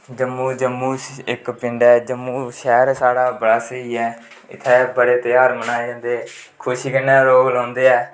जम्मू च इक पिंड ऐ जम्मू शैह्र साढ़ा बड़ा स्हेई ऐ इत्थै बड़े तेहार मनाए जंदे खुशी कन्नै लोक रौंह्दे ऐ